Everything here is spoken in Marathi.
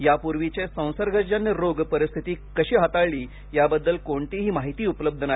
यापूर्वीचे संसर्गजन्य रोग परिस्थिती कशी हाताळली याबद्दल कोणतीही माहिती उपलब्ध नाही